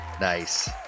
Nice